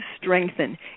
strengthen